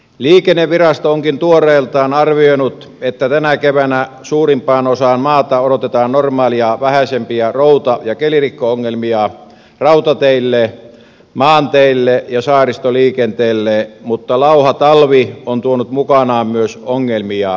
liikennevirasto onkin tuoreeltaan arvioinut että tänä keväänä suurimpaan osaan maata odotetaan normaalia vähäisempiä routa ja kelirikko ongelmia rautateille maanteille ja saaristoliikenteelle mutta lauha talvi on tuonut mukanaan myös ongelmia maanteille